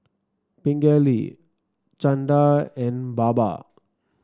Pingali Chanda and Baba